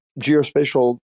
geospatial